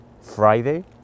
Friday